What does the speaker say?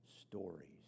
stories